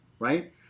Right